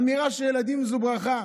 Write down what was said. אמירה שילדים זו ברכה,